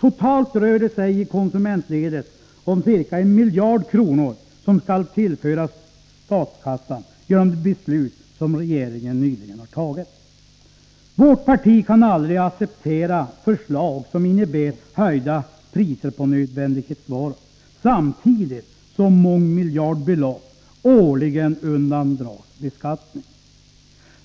Totalt rör det sig i konsumentledet om ca en miljard kronor som skall tillföras statskassan genom det beslut som regeringen nyligen har tagit. Vårt parti kan aldrig acceptera förslag som innebär höjda priser på nödvändighetsvaror, samtidigt som mångmiljardbelopp årligen undandras beskattning.